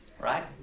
right